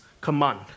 command